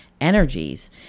energies